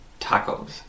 tacos